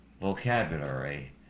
vocabulary